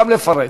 גם לפרט.